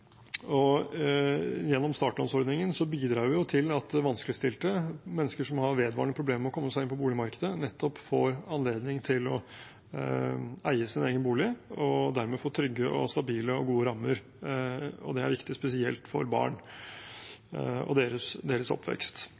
Gjennom startlånsordningen bidrar vi til at vanskeligstilte mennesker som har vedvarende problemer med å komme seg inn på boligmarkedet, nettopp får anledning til å eie sin egen bolig og dermed få trygge, stabile og gode rammer. Det er viktig, spesielt for barn og deres oppvekst.